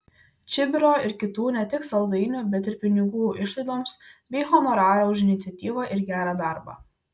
čibiro ir kitų ne tik saldainių bet ir pinigų išlaidoms bei honorarą už iniciatyvą ir gerą darbą